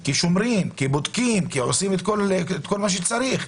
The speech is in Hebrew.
כי שומרים, כי בודקים, כי עושים כל מה שצריך.